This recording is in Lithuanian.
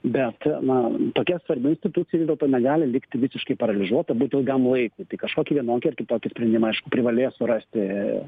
bet na tokia svarbi institucija vis dėlto negali likti visiškai paralyžiuota būt ilgam laikui tai kažkokį vienokį ar kitokį sprendimą aišku privalės surasti